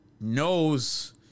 knows